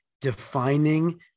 defining